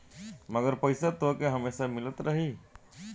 मगर पईसा तोहके हमेसा मिलत रही